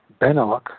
Benelux